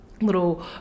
little